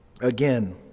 again